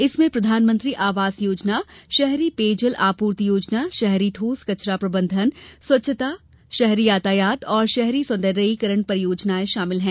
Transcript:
इनमें प्रधानमंत्री आवास योजना शहरी पेयजल आपूर्ति योजना शहरी ठोस कचरा प्रबंधन शहरी स्वच्छता शहरी यातायात और शहरी सौन्दर्यकरण परियोजनाएं शामिल हैं